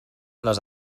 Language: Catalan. les